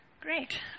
Great